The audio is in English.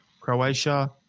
Croatia